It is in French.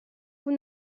vous